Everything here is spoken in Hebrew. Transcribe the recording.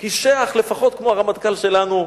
קישח לפחות כמו הרמטכ"ל שלנו,